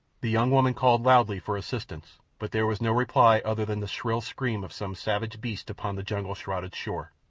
the young woman called loudly for assistance, but there was no reply other than the shrill scream of some savage beast upon the jungle-shrouded shore.